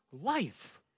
life